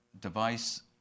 device